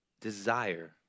desire